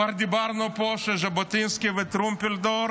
כבר אמרנו פה שז'בוטינסקי וטרומפלדור